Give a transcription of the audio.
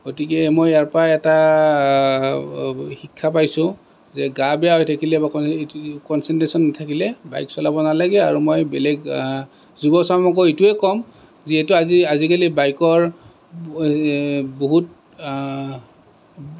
গতিকে মই ইয়াৰ পৰা এটা শিক্ষা পাইছোঁ যে গা বেয়া হৈ থকিলে বা কঞ্চেনট্ৰেচন নাথাকিলে বাইক চলাব নালাগে আৰু মই বেলেগ যুৱচামকো এইটোয়ে ক'ম যিহেতু আজি আজিকালি বাইকৰ বহুত